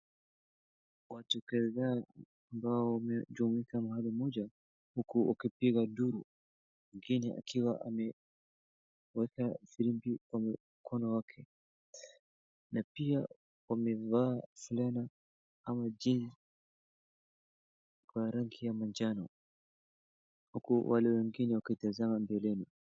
Watu kadhaa ambao wamejumuika mahali moja huku wakipiga nduru mwingine akiwa ameweka firimbi kwenye mkono wake na pia wamevaa fulana ama jezi kwa rangi ya manjano. Huku wale wengine wakitazama mbeleni.